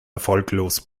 erfolglos